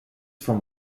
from